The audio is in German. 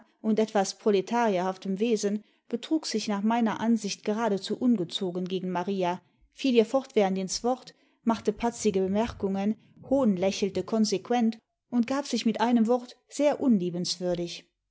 und etwas proletarierhaftem wesen betrug sich nach meiner ansicht geradezu ungezogen gegen maria fiel ihr fortwährend ins wort machte patzige bemerkungen hohnlächelte konsequent und gab sich mit einem wort sehr